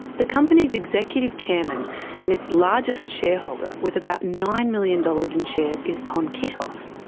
the company's executive chairman and its largest shareholder with about nine million dollars in shares is con kittos.